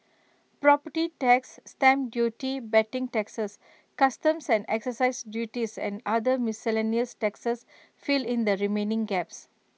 property tax stamp duty betting taxes customs and exercise duties and other miscellaneous taxes fill in the remaining gaps